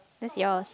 that's yours